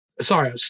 Sorry